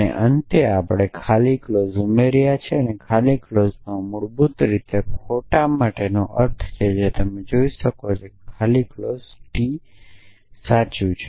અને અંતે આપણે નલ ક્લોઝ ઉમેર્યો અને નલ ક્લોઝમાં મૂળભૂત રીતે ખોટા માટેનો અર્થ છે તમે જોઈ શકો છો કે નલ ક્લોઝ T સાચું કહે છે